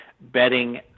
betting